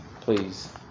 please